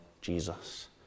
Jesus